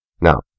now